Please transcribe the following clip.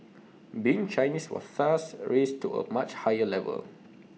being Chinese was thus raised to A much higher level